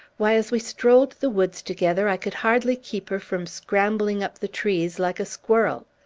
why, as we strolled the woods together, i could hardly keep her from scrambling up the trees, like a squirrel.